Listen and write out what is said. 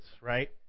right